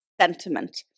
sentiment